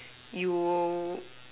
you'll